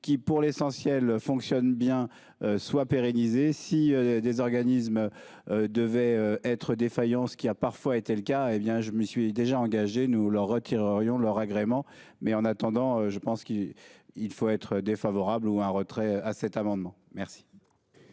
qui pour l'essentiel fonctionne bien soit pérennisé si des organismes. Devaient être défaillance qui a parfois été le cas, hé bien je me suis déjà engagé, nous leur retireront leur agrément mais en attendant je pense qu'il, il faut être défavorable ou un retrait à cet amendement. Merci.